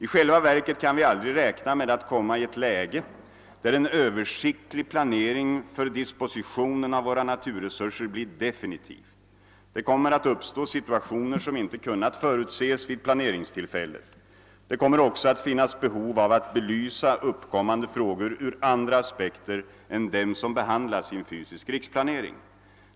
I själva verket kan vi aldrig räkna med att komma i ett läge där en översiktlig planering för dispositionen av våra naturresurser blir definitiv. Det kommer att uppstå situationer som inte kunnat förutses vid planeringstillfället. Det kommer också att föreligga behov av att belysa uppkommande frågor ur andra aspekter än dem som behandlas i en fysisk riksplanering.